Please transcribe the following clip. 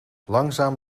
langzaam